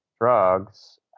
drugs